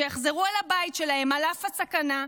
שיחזרו אל הבית שלהם על אף הסכנה,